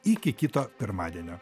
iki kito pirmadienio